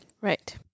right